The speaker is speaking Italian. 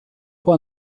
può